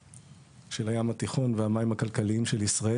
הים התיכון והמים הכלכליים של ישראל.